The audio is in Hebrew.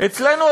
אצלנו,